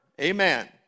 amen